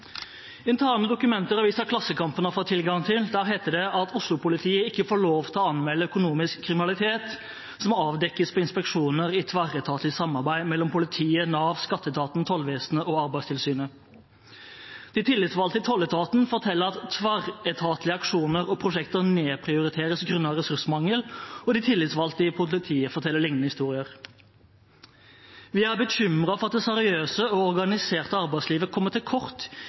interne dokumenter avisen Klassekampen har fått tilgang til, heter det at «Oslo-politiet ikke får lov til å anmelde økonomisk kriminalitet som avdekkes på inspeksjoner i et tverretatlig samarbeid mellom politiet, Nav, skatteetaten, tollvesenet og Arbeidstilsynet». De tillitsvalgte i tolletaten forteller at tverretatlige aksjoner og prosjekter nedprioriteres grunnet ressursmangel, og de tillitsvalgte i politiet forteller lignende historier. Vi er bekymret for at det seriøse og organiserte arbeidslivet kommer til kort